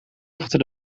achter